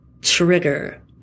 trigger